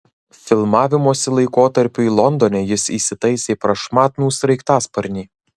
filmavimosi laikotarpiui londone jis įsitaisė prašmatnų sraigtasparnį